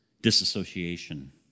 disassociation